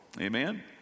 Amen